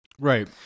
Right